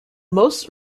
most